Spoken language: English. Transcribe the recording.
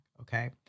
okay